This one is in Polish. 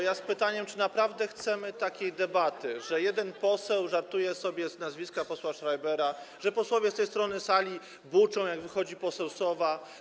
Ja z pytaniem, czy naprawdę chcemy takiej debaty, że jeden poseł żartuje sobie z nazwiska posła Schreibera, że posłowie z tej strony sali buczą, jak wychodzi poseł Sowa.